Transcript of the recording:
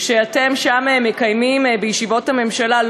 שאתם מקיימים שם בישיבות הממשלה,